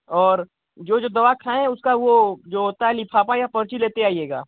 और जो जो दवा हैं उसका वह जो होता है लिफ़ाफ़ा या पर्ची लेते आइएगा